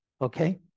Okay